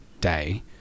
day